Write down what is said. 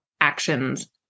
actions